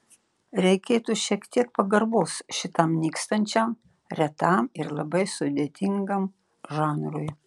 reikėtų šiek tiek pagarbos šitam nykstančiam retam ir labai sudėtingam žanrui